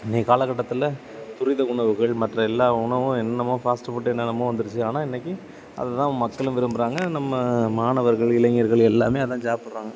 இன்றைய காலக்கட்டத்தில் துரித உணவுகள் மற்ற எல்லா உணவும் என்னனமோ ஃபாஸ்ட்டு ஃபுட்டு என்னென்னமோ வந்துடுச்சி ஆனால் இன்றைக்கி அது தான் மக்களும் விரும்புகிறாங்க நம்ம மாணவர்கள் இளைஞர்கள் எல்லாம் அதான் சாப்புடுறாங்க